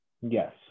Yes